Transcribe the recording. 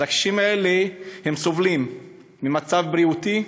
אז הקשישים האלה סובלים ממצבם הבריאותי,